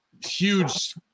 Huge